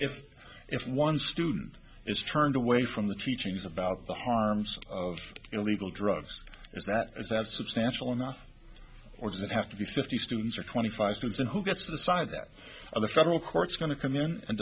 if if one student is turned away from the teachings about the harms of illegal drugs is that is that substantial amount or does it have to be fifty students or twenty five thousand who gets to decide that the federal court's going to come in and